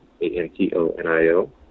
A-N-T-O-N-I-O